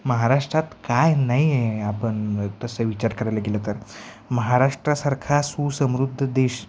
महाराष्ट्रात काय नाही आहे आपण तसं विचार करायला गेलं तर महाराष्ट्रासारखा सुसमृद्ध देश